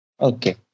Okay